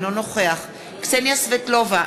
אינו נוכח קסניה סבטלובה,